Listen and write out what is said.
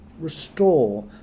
restore